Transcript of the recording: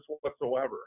whatsoever